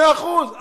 מאה אחוז.